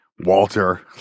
Walter